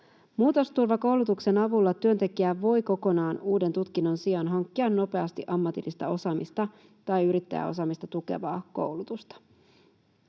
Muutosturvakoulutuksen avulla työntekijä voi kokonaan uuden tutkinnon sijaan hankkia nopeasti ammatillista osaamista tai yrittäjäosaamista tukevaa koulutusta.